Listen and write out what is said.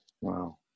Wow